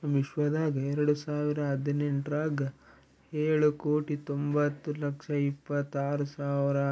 ನಮ್ ವಿಶ್ವದಾಗ್ ಎರಡು ಸಾವಿರ ಹದಿನೆಂಟರಾಗ್ ಏಳು ಕೋಟಿ ತೊಂಬತ್ತು ಲಕ್ಷ ಇಪ್ಪತ್ತು ಆರು ಸಾವಿರ